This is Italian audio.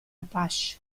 apache